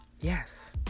yes